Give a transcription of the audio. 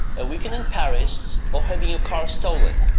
a weekend in paris, or having your car stolen?